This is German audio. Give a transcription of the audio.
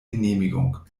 genehmigung